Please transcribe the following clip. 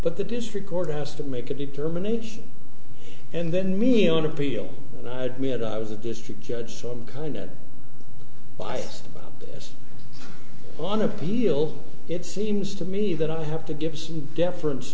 but the district court has to make a determination and then me on appeal and i admit i was a district judge so i'm kind of biased about this on appeal it seems to me that i have to give some deference